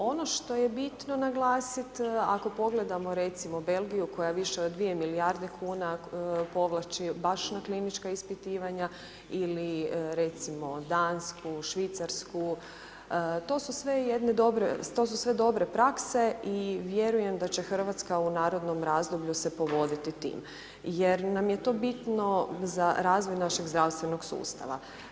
Ono što je bitno naglasit, ako pogledamo recimo Belgiju koja više od dvije milijarde kuna povlači baš na klinička ispitivanja ili recimo Dansku, Švicarsku, to su sve jedne dobre, to su sve dobre prakse i vjerujem da će Hrvatska u narednom razdoblju se povoditi tim, jer nam je to bitno za razvoj našeg zdravstvenog sustava.